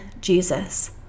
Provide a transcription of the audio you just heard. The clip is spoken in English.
Jesus